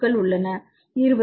மாணவர் 20